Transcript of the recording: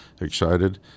excited